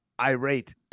irate